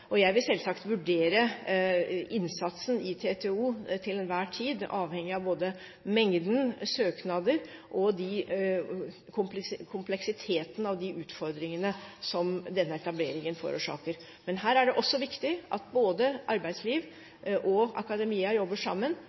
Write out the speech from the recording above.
Jeg vil selvsagt vurdere innsatsen i TTO til enhver tid, avhengig av både mengden søknader og kompleksiteten i de utfordringene som denne etableringen forårsaker. Men her er det også viktig at både arbeidsliv og akademia jobber sammen.